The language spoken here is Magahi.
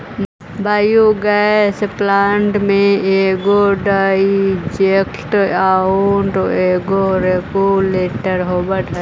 बायोगैस प्लांट में एगो डाइजेस्टर आउ एगो रेगुलेटर होवऽ हई